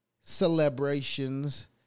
celebrations